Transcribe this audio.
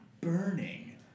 burning